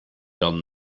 done